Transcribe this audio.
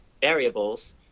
variables